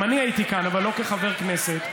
גם אני הייתי כאן, אבל לא כחבר כנסת.